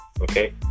Okay